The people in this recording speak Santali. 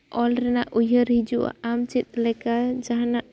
ᱚᱞ ᱨᱮᱱᱟᱜ ᱩᱭᱦᱟᱹᱨ ᱦᱤᱡᱩᱜᱼᱟ ᱟᱢ ᱪᱮᱫ ᱞᱮᱠᱟ ᱡᱟᱦᱟᱸᱱᱟᱜ